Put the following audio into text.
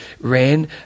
ran